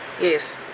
Yes